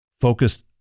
Focused